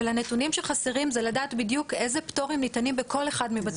הנתונים שחסרים זה לדעת בדיוק איזה פטורים ניתנים בכל אחד מבתי החולים,